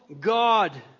God